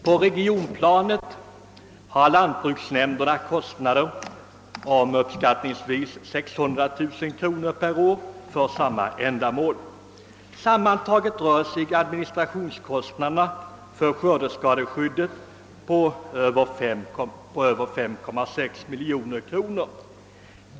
På regionplanet har lantbruksnämnderna kostnader på cirka 600 000 kronor per år för samma ändamål. De sammanlagda administrationskostnaderna för skördeskadeskyddet uppgår till över 5,6 miljoner kronor.